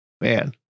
man